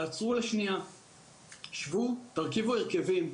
תעצרו לשנייה, שבו, תרכיבו הרכבים.